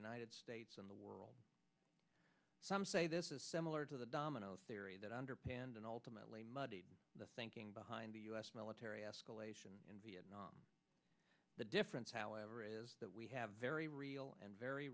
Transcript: united states and the world some say this is similar to the domino theory that underpinned and ultimately muddy the thinking behind the us military escalation in vietnam the difference however is that we have very real and very